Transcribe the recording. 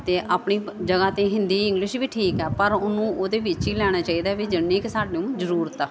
ਅਤੇ ਆਪਣੀ ਜਗ੍ਹਾ 'ਤੇ ਹਿੰਦੀ ਇੰਗਲਿਸ਼ ਵੀ ਠੀਕ ਆ ਪਰ ਉਹਨੂੰ ਉਹਦੇ ਵਿੱਚ ਹੀ ਲੈਣਾ ਚਾਹੀਦਾ ਵੀ ਜਿੰਨੀ ਕਿ ਸਾਨੂੰ ਜ਼ਰੂਰਤ ਆ